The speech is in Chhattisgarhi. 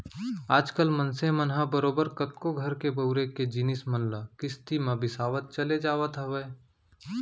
आज कल मनसे मन ह बरोबर कतको घर बउरे के जिनिस मन ल किस्ती म बिसावत चले जावत हवय